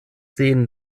seen